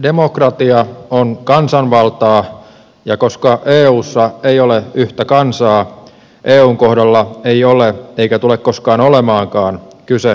demokratia on kansanvaltaa ja koska eussa ei ole yhtä kansaa eun kohdalla ei ole eikä tule koskaan olemaankaan kyse demokratiasta